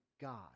God